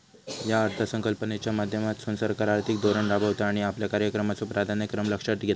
या अर्थसंकल्पाच्या माध्यमातसून सरकार आर्थिक धोरण राबवता आणि आपल्या कार्यक्रमाचो प्राधान्यक्रम लक्षात घेता